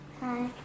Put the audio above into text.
Hi